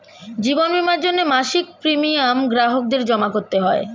জীবন বীমার জন্যে মাসিক প্রিমিয়াম গ্রাহকদের জমা করতে হয়